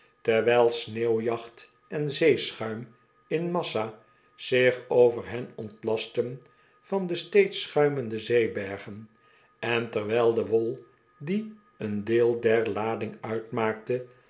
terwijl sneeuwjacht en zeeschuim in massa zich over hen ontlastten van de steeds schuimende zeebergen en terwijl de wol die een deel der lading uitmaakte